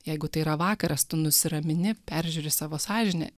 jeigu tai yra vakaras tu nusiramini peržiūri savo sąžinę